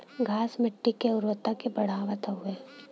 घास मट्टी के उर्वरता के बढ़ावत हउवे